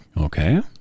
Okay